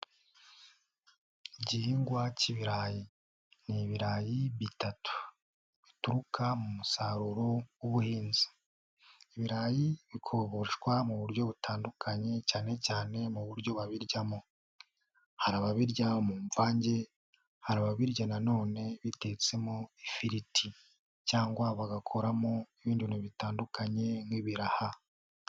Igihingwa cy'ibirayi, ni ibirayi bitatu bituruka mu musaruro w'ubuhinzi, ibiyi bikogoshwa mu buryo butandukanye, cyane cyane mu buryo babiryamo, hari ababirya mu mvange, hari ababirya na none bitetsemo ifiriti cyangwa bagakoramo ibindi bintu bitandukanye nk'ibiraha.